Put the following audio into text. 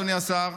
אדוני השר,